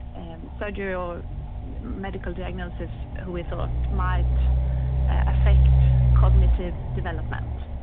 and surgery or medical diagnosis who we thought might affect cognitive development.